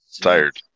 tired